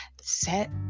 Set